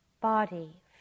body